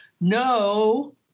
no